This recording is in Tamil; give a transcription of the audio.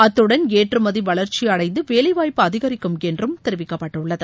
அத்துடன் ஏற்றுமதி வளர்ச்சியடைந்து வேலைவாய்ப்பு அதிகரிக்கும் என்றும் தெரிவிக்கப்பட்டுள்ளது